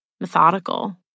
methodical